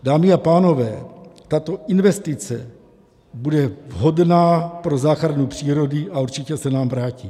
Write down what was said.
Dámy a pánové, tato investice bude vhodná pro záchranu přírody a určitě se nám vrátí.